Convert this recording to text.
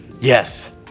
Yes